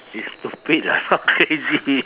it's stupid lah not crazy